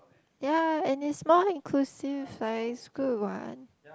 ya and is more inclusive right is good what